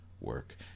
work